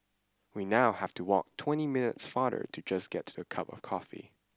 we now have to walk twenty minutes farther to just get a cup of coffee